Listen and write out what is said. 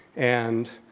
and